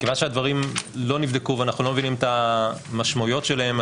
כיוון שהדברים לא נבדקו ואנחנו לא מבינים את המשמעויות שלהם,